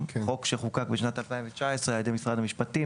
שחוקק ב-2019 על ידי משרד המשפטים,